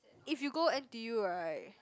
if you go n_t_u right